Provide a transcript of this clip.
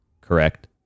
correct